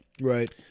right